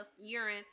urine